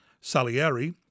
Salieri